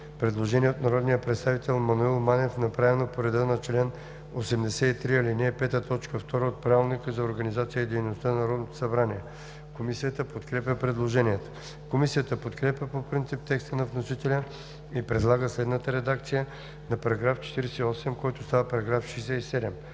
Предложение от народния представител Маноил Манев, направено по реда на чл. 83, ал. 5, т. 2 от Правилника за организацията и дейността на Народното събрание. Комисията подкрепя предложението. Комисията подкрепя по принцип текста на вносителя и предлага следната редакция на § 48, който става § 67: „§ 67.